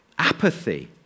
Apathy